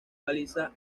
baliza